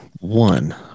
One